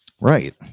Right